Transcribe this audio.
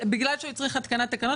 בגלל שהצריך התקנת תקנות.